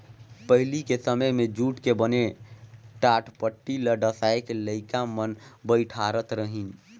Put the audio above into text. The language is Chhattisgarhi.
पहिली के समें मे जूट के बने टाटपटटी ल डसाए के लइका मन बइठारत रहिन